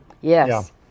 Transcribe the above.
Yes